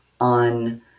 on